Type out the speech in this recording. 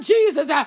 Jesus